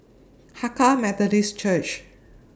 Hakka Methodist Church